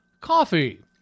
coffee